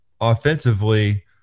offensively